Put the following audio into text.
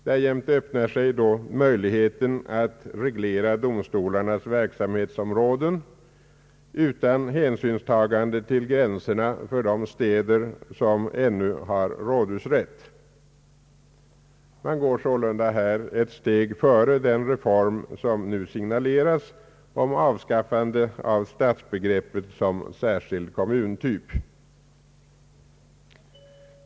Därjämte öppnar sig möjligheten att reglera domstolarnas verksamhetsområden utan hänsynstagande till gränserna för de städer som ännu har rådhusrätt. Man går sålunda ett steg före den reform som nu signaleras om ett avskaffande av stadsbegreppet såsom särskild kommuntyp.